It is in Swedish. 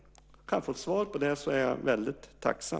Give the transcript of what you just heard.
Kan jag få ett svar på det så är jag väldigt tacksam.